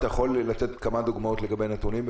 אתה יכול לתת כמה דוגמאות לגבי נתונים,